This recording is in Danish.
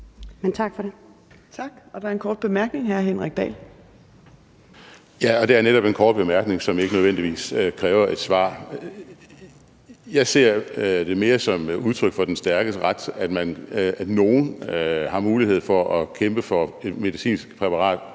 en kort bemærkning fra hr. Henrik Dahl. Kl. 11:39 Henrik Dahl (LA): Ja, og det er netop en kort bemærkning, som ikke nødvendigvis kræver et svar. Jeg ser det mere som udtryk for den stærkes ret, at nogle har mulighed for at kæmpe for et medicinsk præparat